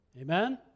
Amen